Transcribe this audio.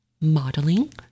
Modeling